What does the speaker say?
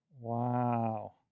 Wow